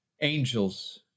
Angels